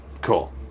Cool